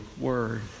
word